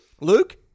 Luke